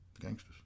gangsters